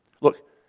Look